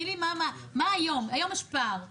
היום יש פער.